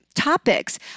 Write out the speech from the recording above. topics